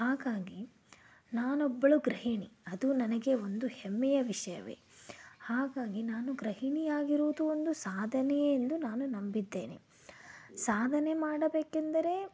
ಹಾಗಾಗಿ ನಾನೊಬ್ಬಳು ಗೃಹಿಣಿ ಅದು ನನಗೆ ಒಂದು ಹೆಮ್ಮೆಯ ವಿಷಯವೇ ಹಾಗಾಗಿ ನಾನು ಗೃಹಿಣಿ ಆಗಿರುವುದು ಒಂದು ಸಾಧನೆಯೇ ಎಂದು ನಾನು ನಂಬಿದ್ದೇನೆ ಸಾಧನೆ ಮಾಡಬೇಕೆಂದರೆ